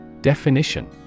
Definition